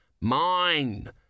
Mine